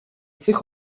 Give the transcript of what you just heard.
цих